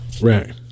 right